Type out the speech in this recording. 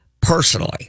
personally